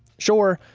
sure,